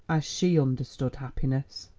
as she understood happiness.